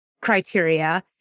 criteria